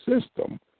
system